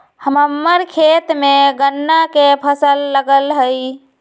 हम्मर खेत में गन्ना के फसल लगल हई